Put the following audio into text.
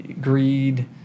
greed